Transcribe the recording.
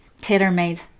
tailor-made